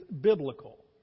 biblical